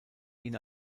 ihn